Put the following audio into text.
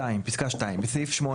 (2) בסעיף 8,